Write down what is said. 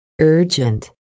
urgent